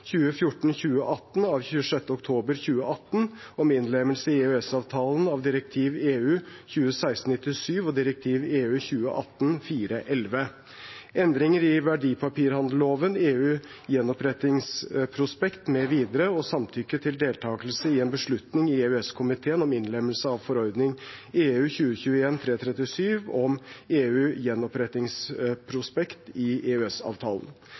av 26. oktober 2018 om innlemmelse i EØS-avtalen av direktiv 2016/97 og direktiv 2018/411 (Prop. 233 LS Endringer i verdipapirhandelloven og samtykke til deltakelse i en beslutning i EØS-komiteen om innlemmelse av forordning 2021/337 om EU-gjenopprettingsprospekt i EØS-avtalen (Prop. 235 LS Endringer i